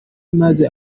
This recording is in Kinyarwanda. imaze